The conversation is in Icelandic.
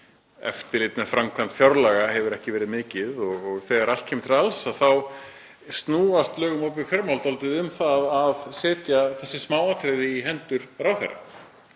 Eftirlit með framkvæmd fjárlaga hefur ekki verið mikið og þegar allt kemur til alls þá snúast lög um opinber fjármál dálítið um að setja þessi smáatriði í hendur ráðherra.